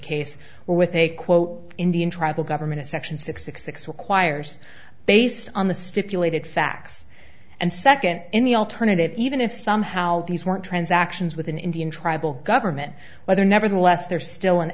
were with a quote indian tribal government a section six six six requires based on the stipulated facts and second in the alternative even if somehow these weren't transactions with an indian tribal government whether nevertheless there is still an